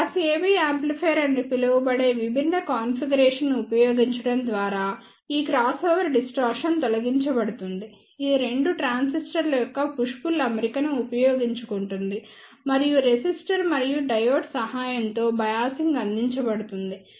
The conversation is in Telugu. క్లాస్ AB యాంప్లిఫైయర్ అని పిలువబడే విభిన్న కాన్ఫిగరేషన్ను ఉపయోగించడం ద్వారా ఈ క్రాస్ఓవర్ డిస్టార్షన్ తొలగించబడుతుంది ఇది రెండు ట్రాన్సిస్టర్ల యొక్క పుష్ పుల్ అమరికను ఉపయోగించుకుంటుంది మరియు రెసిస్టర్ మరియు డయోడ్ సహాయంతో బయాసింగ్ అందించబడుతుంది